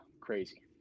crazy